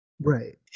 Right